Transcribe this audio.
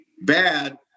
bad